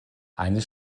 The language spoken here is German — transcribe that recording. eines